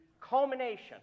culmination